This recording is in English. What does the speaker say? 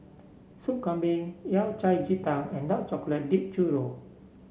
Soup Kambing Yao Cai Ji Tang and Dark Chocolate Dipped Churro